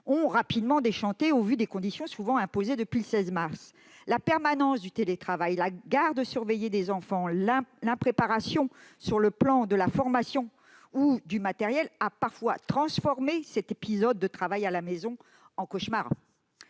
et rapidement déchanté au vu des conditions imposées depuis le 16 mars. La permanence du télétravail, la nécessité de garder les enfants, l'impréparation en termes de formation et de matériel ont parfois transformé cet épisode de travail à la maison en un cauchemar.